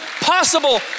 possible